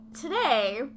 today